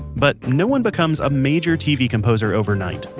but no one becomes a major tv composer overnight.